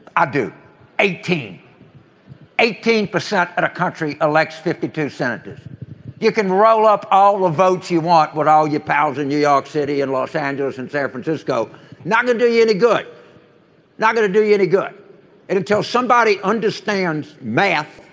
i do eighteen eighteen percent and a country elects fifty two senators you can roll up all the votes you want but all your pals in new york city and los angeles and san francisco not going to do you any good not going to do you any good. and until somebody understands math.